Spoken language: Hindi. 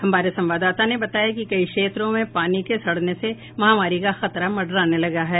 हमारे संवाददाता ने बताया कि कई क्षेत्रों में पानी के सड़ने से महामारी का खतरा मंडराने लगा है